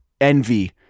envy